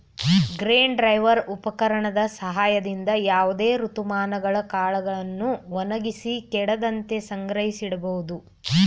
grain dryer ಉಪಕರಣದ ಸಹಾಯದಿಂದ ಯಾವುದೇ ಋತುಮಾನಗಳು ಕಾಳುಗಳನ್ನು ಒಣಗಿಸಿ ಕೆಡದಂತೆ ಸಂಗ್ರಹಿಸಿಡಬೋದು